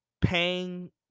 paying